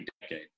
decade